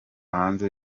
hanze